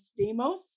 Stamos